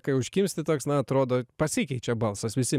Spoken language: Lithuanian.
kai užkimsti toks na atrodo pasikeičia balsas visi